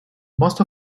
most